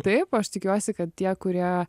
taip aš tikiuosi kad tie kurie